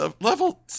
level